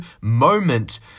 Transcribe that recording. moment